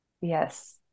Yes